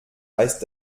heißt